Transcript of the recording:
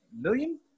million